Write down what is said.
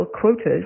quotas